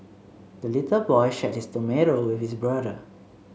the little boy shared his tomato with his brother